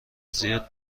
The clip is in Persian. زیاد